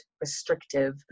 restrictive